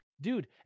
Dude